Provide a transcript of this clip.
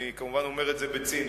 אני, כמובן, אומר את זה בציניות.